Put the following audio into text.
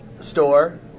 store